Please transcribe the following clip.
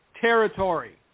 territory